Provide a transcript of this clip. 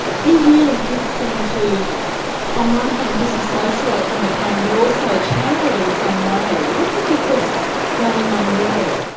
he really did seem to on one hand disassociate from the pain but also channel it in some way. what do you think was going on there?